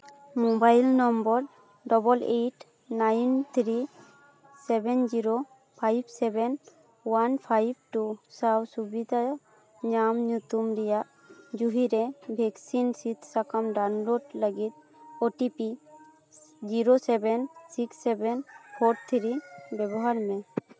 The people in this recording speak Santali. mobile number double eight nine three seven zero five seven one five two ᱥᱟᱶ ᱥᱩᱵᱤᱫᱷᱟ ᱧᱟᱢ ᱧᱩᱛᱩᱢ ᱨᱮᱭᱟᱜ ᱡᱚᱵᱷᱤᱨᱮ ᱵᱷᱮᱠᱥᱤᱱ ᱥᱤᱫ ᱥᱟᱠᱟᱢ ᱰᱟᱣᱩᱱᱞᱳᱰ ᱞᱟᱹᱜᱤᱫ OTP zero seven six seven four three ᱵᱮᱵᱚᱦᱟᱨ ᱢᱮ